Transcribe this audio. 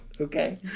Okay